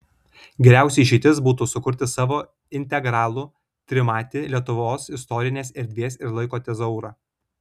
geriausia išeitis būtų sukurti savo integralų trimatį lietuvos istorinės erdvės ir laiko tezaurą